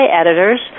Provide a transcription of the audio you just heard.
editors